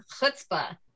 chutzpah